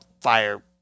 fire